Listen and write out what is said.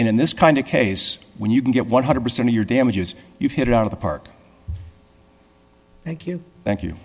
in this kind of case when you can get one hundred percent of your damages you've hit it out of the park thank you thank you